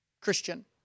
Christian